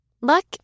Luck